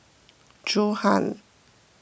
Johan